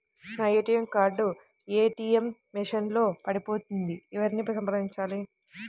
నా ATM card ATM machine లో పడిపోయింది ఎవరిని సంప్రదించాలి?